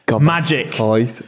magic